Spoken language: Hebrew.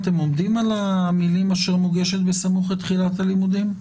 אתם עומדים על המילים: "אשר מוגשת בסמוך לתחילת הלימודים"?